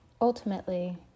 ultimately